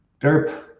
Derp